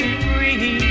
free